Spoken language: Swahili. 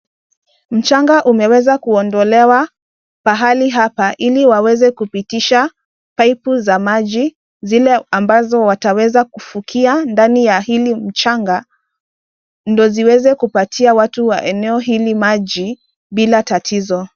Mchanga umeweza kuondolewa, pahali hapa, ili waweze kupitisha paipu za maji zile ambazo wataweza kufukia ndani ya hili mchanga, ndio ziweze kupatia watu wa eneo hili maji bila tatizo.